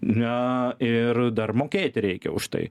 na ir dar mokėti reikia už tai